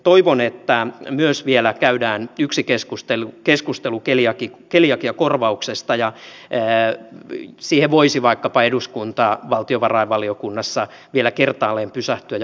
toivon että myös vielä käydään yksi keskustelu keliakiakorvauksesta ja siihen voisi vaikkapa eduskunta valtiovarainvaliokunnassa vielä kertaalleen pysähtyä ja pohtia sitä